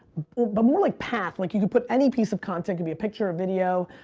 but more like path, like you could put any piece of content, could be a picture, a video,